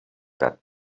that